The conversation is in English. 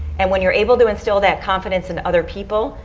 and when you're able to instill that confidence in other people,